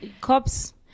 Cops